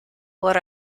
por